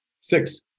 six